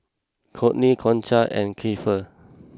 Cortney Concha and Keifer